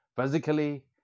physically